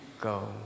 go